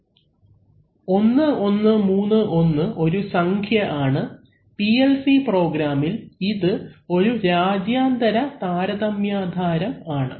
അവലംബിക്കുന്ന സ്ലൈഡ് സമയം 0100 1131 ഒരു സംഖ്യ ആണ് PLC പ്രോഗ്രാമിൽ ഇത് ഒരു രാജ്യാന്തര താരതമ്യാധാരം ആണ്